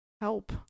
help